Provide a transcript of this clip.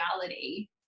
reality